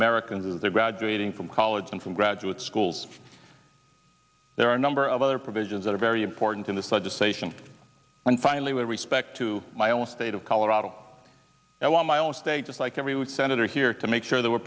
americans they're graduating from college and from graduate schools there are a number of other provisions that are very important in this legislation and finally with respect to my own state of colorado i want my own state just like every week senator here to make sure that we